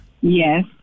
Yes